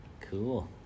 Cool